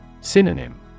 Synonym